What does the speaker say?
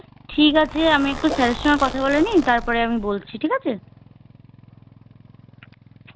ঠিক আছে আমি একটু স্যারের সঙ্গে কথা বলে নিই তারপরে আমি বলছি ঠিক আছে